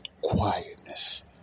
quietness